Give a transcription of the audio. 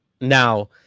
now